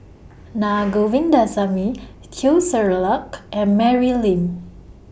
Na Govindasamy Teo Ser Luck and Mary Lim